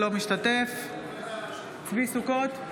אינו משתתף בהצבעה צבי ידידיה סוכות,